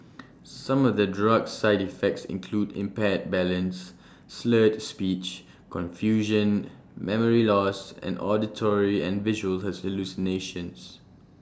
some of the drug's side effects include impaired balance slurred speech confusion memory loss and auditory and visual hallucinations